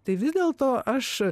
tai vis dėlto aš